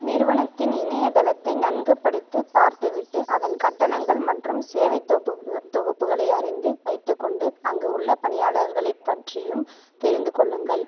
நிறுவனத்தின் இணையதளத்தை நன்கு படித்துப் பார்த்துவிட்டு அதன் கட்டணங்கள் மற்றும் சேவைத் தொகுப்புகளை அறிந்து வைத்துக்கொண்டு அங்கே உள்ள பணியாளர்களைப் பற்றியும் தெரிந்துக்கொள்ளுங்கள்